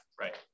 right